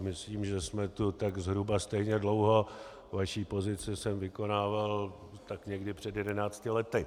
Myslím, že jsme tu tak zhruba stejně dlouho, vaši pozici jsem vykonával tak někdy před jedenácti lety.